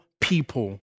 people